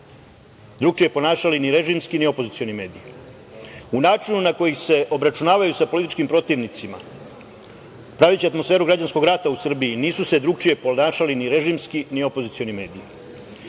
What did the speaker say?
drugačije ponašali ni režimski ni opozicioni mediji. U načinu na koji se obračunavaju sa političkim protivnicima, praveći atmosferu građanskog rata u Srbiji nisu se drugačije ponašali ni režimski ni opozicioni mediji. Znači,